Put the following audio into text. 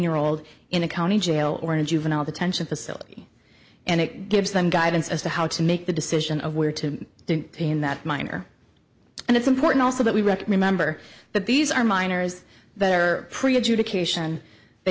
year old in a county jail or in a juvenile detention facility and it gives them guidance as to how to make the decision of where to do it in that manner and it's important also that we wrecked remember that these are minors that are pretty adjudication they